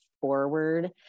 forward